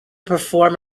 perform